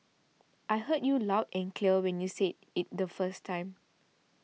I heard you loud and clear when you said it the first time